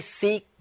seek